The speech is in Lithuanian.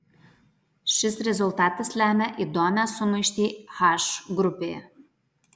šis rezultatas lemia įdomią sumaištį h grupėje